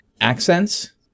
accents